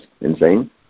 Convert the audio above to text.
Insane